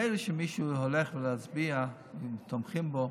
מילא שמישהו הולך להצביע, אם תומכים בו,